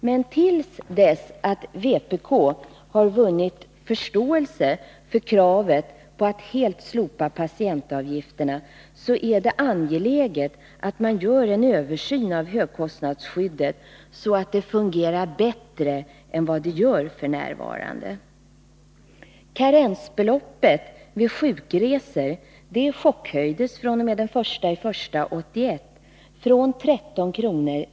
Men till dess att vpk har vunnit förståelse för kravet på att helt slopa patientavgifterna är det angeläget att en översyn görs av högkostnadsskyddet, så att det fungerar bättre än vad det gör f.n. Karensbeloppet vid sjukresor chockhöjdes fr.o.m. den 1 januari 1981, från 13 kr.